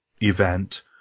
event